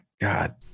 god